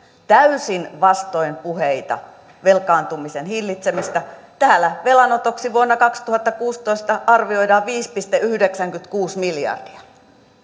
täysin vastoin puheita velkaantumisen hillitsemisestä täällä velanotoksi vuonna kaksituhattakuusitoista arvioidaan viisi pilkku yhdeksänkymmentäkuusi miljardia